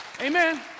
Amen